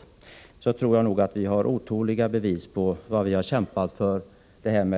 Till detta vill jag säga att jag tror att vi har otaliga bevis på att vi har kämpat för